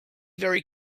very